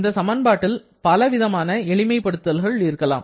இந்த சமன்பாட்டில் பலவிதமான எளிமை படுத்தல்கள் இருக்கலாம்